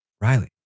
Riley